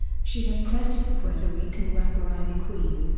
she has credited puerto rican rapper ivy queen